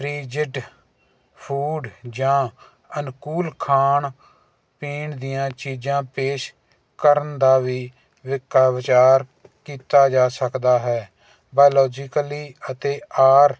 freezed food ਜਾਂ ਅਨੁਕੂਲ ਖਾਣ ਪੀਣ ਦੀਆਂ ਚੀਜ਼ਾਂ ਪੇਸ਼ ਕਰਨ ਦਾ ਵੀ ਵਿੱਕਾ ਵਿਚਾਰ ਕੀਤਾ ਜਾ ਸਕਦਾ ਹੈ ਬਾਓਲੋਜੀਕਲੀ ਅਤੇ ਆਰ